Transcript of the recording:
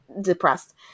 depressed